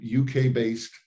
UK-based